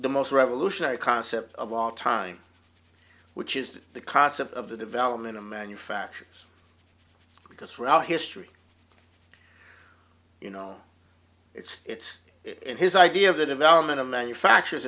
the most revolutionary concept of all time which is the concept of the development of manufacturers because throughout history you know it's in his idea of the development of manufacture